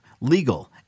legal